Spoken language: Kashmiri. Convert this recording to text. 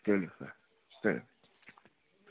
ٹھیٖک سَر صحیح